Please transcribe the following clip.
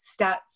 stats